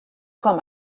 com